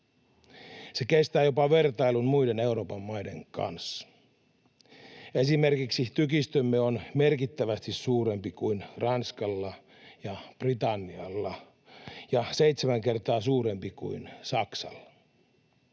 Se kestää jopa vertailun muiden Euroopan maiden kanssa. Esimerkiksi tykistömme on merkittävästi suurempi kuin Ranskalla ja Britannialla ja seitsemän kertaa suurempi kuin Saksalla.